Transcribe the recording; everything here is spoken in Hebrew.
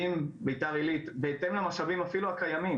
ואם בביתר עלית, בהתאם למשאבים אפילו הקיימים.